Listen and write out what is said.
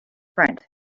front